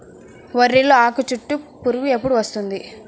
వరిలో ఆకుచుట్టు పురుగు ఎప్పుడు వస్తుంది?